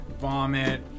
vomit